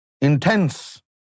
intense